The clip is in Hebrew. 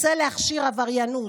רוצה להכשיר עבריינות,